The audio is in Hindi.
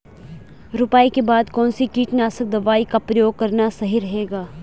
रुपाई के बाद कौन सी कीटनाशक दवाई का प्रयोग करना सही रहेगा?